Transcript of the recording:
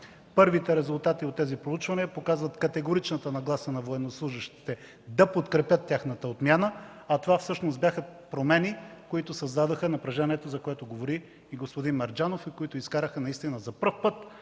Първите резултати от тези проучвания показват категоричната нагласа на военнослужещите да подкрепят тяхната отмяна! Това всъщност бяха промени, които създадоха напрежението, за което говори и господин Мерджанов, които изкараха наистина за пръв път